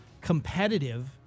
competitive